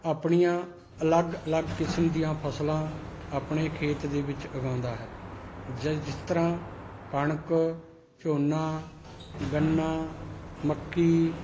ਆਪਣੀਆਂ ਅਲੱਗ ਅਲੱਗ ਕਿਸਮ ਦੀਆਂ ਫ਼ਸਲਾਂ ਆਪਣੇ ਖੇਤ ਦੇ ਵਿੱਚ ਉਗਾਉਂਦਾ ਹੈ ਜ ਜਿਸ ਤਰ੍ਹਾਂ ਕਣਕ ਝੋਨਾ ਗੰਨਾ ਮੱਕੀ